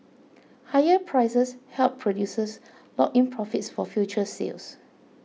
higher prices help producers lock in profits for future sales